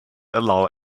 allow